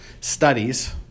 studies